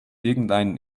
irgendeinen